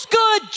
good